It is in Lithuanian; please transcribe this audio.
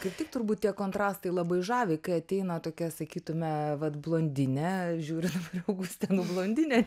kaip tik turbūt tie kontrastai labai žavi kai ateina tokia sakytume vat blondinė žiūriu dabar į augustę nu blondinė